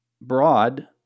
broad